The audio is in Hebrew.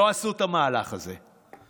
לא עשו את המהלך הזה.